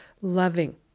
loving